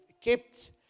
kept